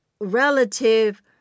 relative